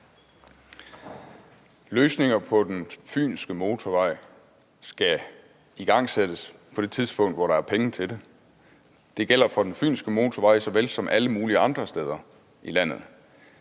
Løsninger på den fynske motorvej skal igangsættes på det tidspunkt, hvor der er penge til det. Det gælder for den fynske motorvej så vel som alle mulige andre steder i landet.